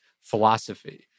philosophy